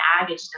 baggage